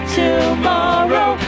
tomorrow